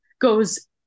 goes